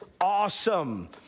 awesome